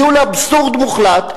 הגיעו לאבסורד מוחלט,